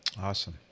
Awesome